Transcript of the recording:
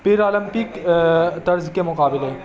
Paralympic طرز کے مقابل ہیں